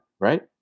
right